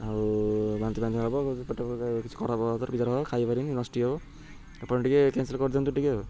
ଆଉ ବାନ୍ତିଫାନ୍ତି ହବ ପେଟ କିଛି ଖରା ହେବ ବିଜାର ହେବ ଖାଇପାରିବନି ନଷ୍ଟି ହେବ ଆପଣ ଟିକେ କ୍ୟାନସଲ୍ କରିିଅନ୍ତୁ ଟିକେ ଆଉ